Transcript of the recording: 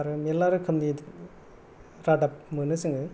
आरो मेरला रोखोमनि रादाब मोनो जोङो